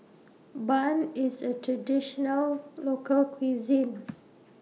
Bun IS A Traditional Local Cuisine